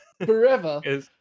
Forever